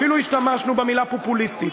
אפילו השתמשנו במילה "פופוליסטית".